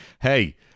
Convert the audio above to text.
Hey